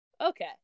okay